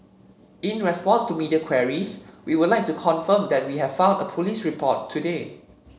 in response to media queries we would like to confirm that we have filed a police report today